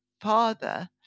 father